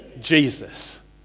Jesus